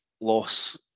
loss